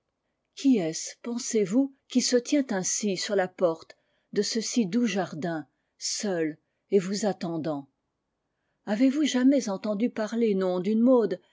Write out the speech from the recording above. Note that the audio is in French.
qui est-ce pensez-vous qui se tient ainsi sur la porte de ce si doux jardin seul et vous attendant j avez-vous jamais entendu parler non d'une maud